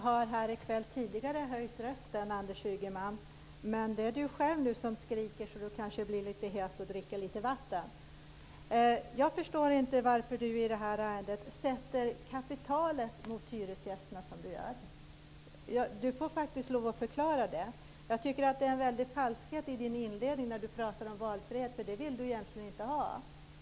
Herr talman! Ingen har höjt rösten tidigare här i kväll. Det är Anders Ygeman själv som skriker så att han blir lite hes och dricker lite vatten. Jag förstår inte varför Anders Ygeman i detta ärende sätter kapitalet mot hyresgästerna som han gör. Han får faktiskt lov att förklara det. Jag tycker att det finns en väldig falskhet i hans inledning. Han pratar om valfrihet, men det vill han egentligen inte ha.